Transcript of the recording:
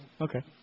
Okay